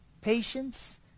patience